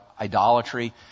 idolatry